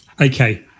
okay